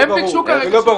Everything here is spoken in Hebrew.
הם ביקשו --- זה לא ברור.